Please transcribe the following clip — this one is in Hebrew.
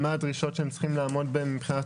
מה הדרישות שהם צריכים לעמוד בהם מבחינת